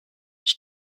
ich